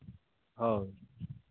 ᱦᱳᱭ